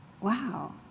wow